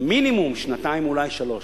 זה מינימום שנתיים, אולי שלוש.